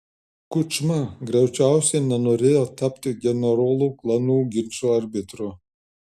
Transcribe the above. kučma greičiausiai nenorėjo tapti generolų klanų ginčo arbitru